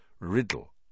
Riddle